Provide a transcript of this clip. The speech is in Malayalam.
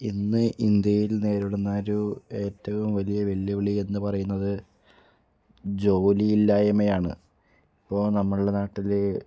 ഇന്ന് ഇന്ത്യയിൽ നേരിടുന്ന ഒരു ഏറ്റവും വലിയ വെല്ലുവിളി എന്ന് പറയുന്നത് ജോലിയില്ലായ്മയാണ് ഇപ്പോൾ നമ്മളുടെ നാട്ടിൽ